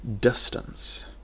distance